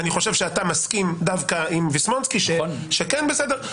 אני חושב שאתה מסכים דווקא עם ויסמונסקי שכן בסדר.